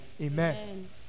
Amen